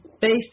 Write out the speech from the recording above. based